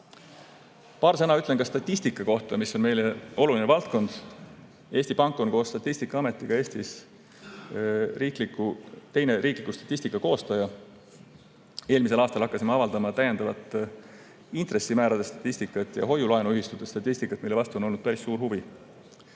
Paar sõna ütlen ka statistika kohta, mis on meile oluline valdkond. Eesti Pank on Statistikaameti kõrval Eestis teine riikliku statistika koostaja. Eelmisel aastal hakkasime avaldama ka täiendavat intressimäärade statistikat ja hoiu-laenuühistute statistikat, mille vastu on olnud päris suur huvi.